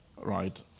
right